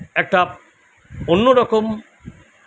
একটা অন্য রকম